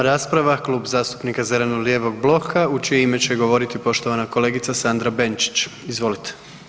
Sedma rasprava, Klub zastupnika zeleno-lijevog bloka u čije ime će govoriti poštovan kolegica Sandra Benčić, izvolite.